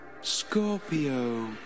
Scorpio